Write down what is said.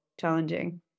challenging